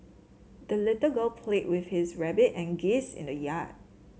the little girl played with his rabbit and geese in the yard